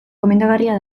gomendagarria